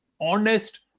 honest